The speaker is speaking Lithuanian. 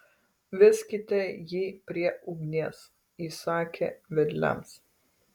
veskite jį prie ugnies įsakė vedliams